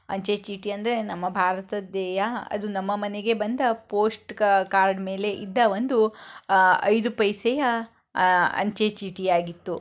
ಅಂಚೆ ಚೀಟಿ ಅಂದರೆ ನಮ್ಮ ಭಾರತದೇಯ ಅದು ನಮ್ಮ ಮನೆಗೆ ಬಂದ ಪೋಸ್ಟ್ ಕಾ ಕಾರ್ಡ್ ಮೇಲೆ ಇದ್ದ ಒಂದು ಐದು ಪೈಸೆಯ ಅಂಚೆ ಚೀಟಿಯಾಗಿತ್ತು